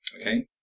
Okay